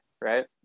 right